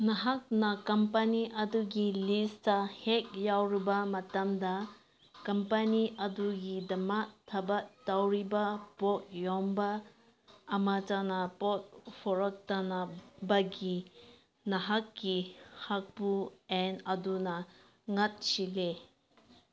ꯅꯍꯥꯛꯅ ꯀꯝꯄꯅꯤ ꯑꯗꯨꯒꯤ ꯂꯤꯁꯇ ꯍꯦꯛ ꯌꯥꯎꯔꯨꯕ ꯃꯇꯝꯗ ꯀꯝꯄꯅꯤ ꯑꯗꯨꯒꯤꯗꯃꯛ ꯊꯕꯛ ꯇꯧꯔꯤꯕ ꯄꯣꯠ ꯌꯣꯟꯕ ꯑꯃꯇꯅ ꯄꯣꯠ ꯄꯨꯔꯛꯇꯅꯕꯒꯤ ꯅꯍꯥꯛꯀꯤ ꯍꯥꯛꯄꯨ ꯑꯦꯟ ꯑꯗꯨꯒ ꯉꯠꯁꯤꯜꯂꯦ